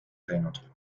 teinud